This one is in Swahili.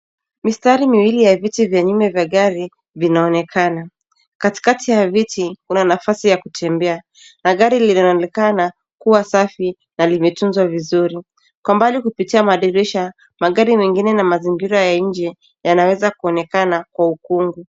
Mistari miwili ya viti vya nyuma vya gari, vinaonekana. Katikati ya viti kuna nafasi ya kutembea na gari linaonekana kuwa safi na limetunzwa vizuri. Kwa mbali kupitia madirisha, magari mengine na mazingira ya nje, yanaweza kuonekana kwa ukungu.